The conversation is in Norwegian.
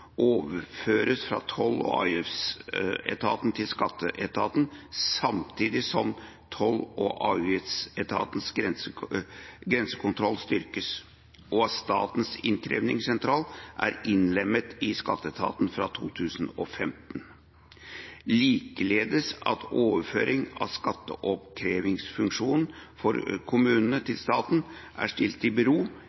fra toll- og avgiftsetaten til skatteetaten, samtidig som toll- og avgiftsetatens grensekontroll ble styrket, at Statens innkrevingssentral ble innlemmet i skatteetaten fra 2015, og likeledes at overføring av skatteoppkrevingsfunksjonen fra kommunene